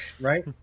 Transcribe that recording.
right